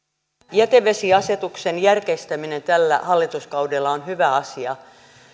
jätevesiasetuksen järkeistäminen tällä hallituskaudella on hyvä asia